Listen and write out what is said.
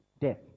death